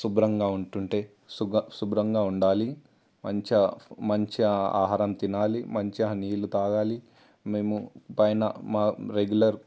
శుభ్రంగా ఉంటుండే సుక శుభ్రంగా ఉండాలి మంచిగా మంచిగా ఆహారం తినాలి మంచిగా నీళ్లు తాగాలి మేము పైన మా రెగ్యులర్